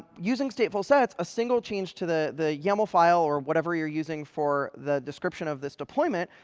using statefulsets, a single change to the the yaml file, or whatever you're using for the description of this deployment,